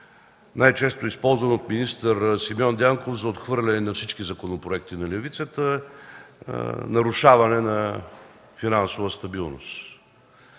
най-често е използван от министър Симеон Дянков за отхвърляне на всички законопроекти на левицата – нарушаване на финансова стабилност.